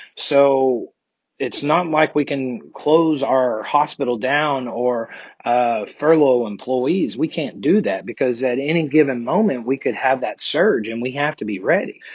so it's not like we can close our hospital down or ah furlough employees. we can't do that because at any given moment, we could have that surge, and we have to be ready.